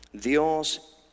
Dios